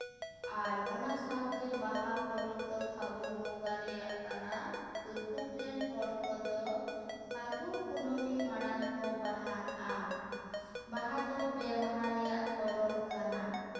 ᱟᱨ ᱚᱱᱟ ᱥᱟᱶᱛᱮ ᱵᱟᱦᱟ ᱯᱚᱨᱚᱵ ᱫᱚ ᱯᱷᱟᱜᱩᱱ ᱵᱚᱸᱜᱟ ᱨᱮᱭᱟᱜ ᱠᱟᱱᱟ ᱵᱤᱨᱵᱷᱩᱢ ᱨᱮᱱ ᱦᱚᱲ ᱠᱚᱫᱚ ᱯᱷᱟᱹᱜᱩᱱ ᱠᱩᱱᱟᱹᱢᱤ ᱢᱟᱲᱟᱝ ᱠᱚ ᱵᱟᱦᱟᱜᱼᱟ ᱵᱟᱦᱟ ᱫᱚ ᱯᱮ ᱢᱟᱦᱟ ᱨᱮᱭᱟᱜ ᱯᱚᱨᱚᱵ ᱠᱟᱱᱟ